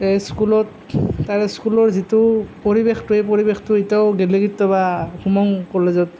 স্কুলত তাৰে স্কুলৰ যিটো পৰিৱেশটো সেই পৰিৱেশটো এতিয়াও গ'লে কেতিয়াবা সোমাও কলেজত